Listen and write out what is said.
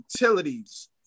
utilities